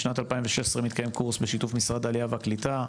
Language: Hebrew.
משנת 2016 מתקיים קורס בשיתוף משרד העלייה והקליטה,